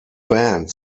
band